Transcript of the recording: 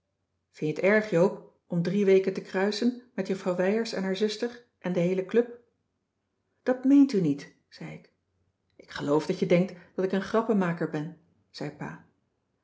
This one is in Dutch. je t erg joop om drie weken te kruisen met juffrouw wijers en haar zuster en de heele club dat meent u niet zei ik cissy van marxveldt de h b s tijd van joop ter heul ik geloof dat je denkt dat ik een grappemaker ben zei pa